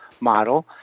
model